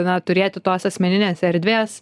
na turėti tos asmeninės erdvės